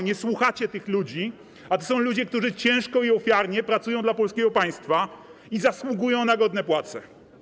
Nie słuchacie tych ludzi, a to są ludzie, którzy ciężko i ofiarnie pracują dla polskiego państwa i zasługują na godne płace.